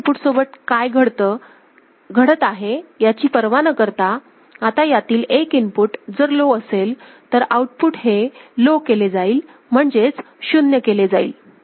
दुसऱ्या इनपुट सोबत काय घडत आहे याची पर्वा न करता आता यातील एक इनपुट जर लो असेल तर आउटपुट हे लो केले जाईल म्हणजेच 0 केले जाईल